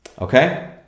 Okay